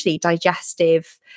Digestive